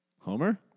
Homer